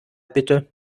bitte